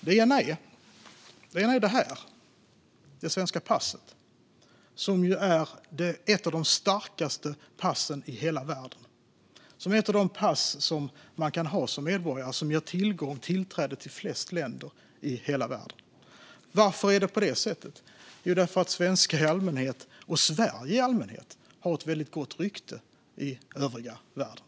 Det ena är det svenska passet som är ett av de starkaste passen som man som medborgare kan ha i hela världen. Det ger tillgång och tillträde till flest länder i hela världen. Varför är det på det sättet? Jo, därför att svenskar och Sverige i allmänhet har ett väldigt gott rykte i övriga världen.